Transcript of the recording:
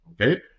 Okay